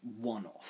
one-off